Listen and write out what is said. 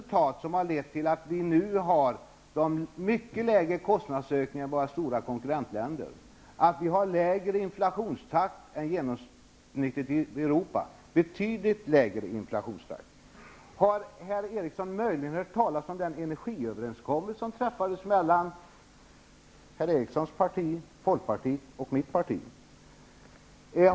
Det är tack var deras resultat som vi nu har mycket lägre kostnadsökningar än man har i våra stora konkurrentländer och en inflationstakt som är betydligt lägre än genomsnittet i Europa. Har herr Eriksson möjligen hört talas om den energiöverenskommelse som träffades mellan herr Erikssons parti, Folkpartiet och mitt parti?